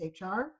HR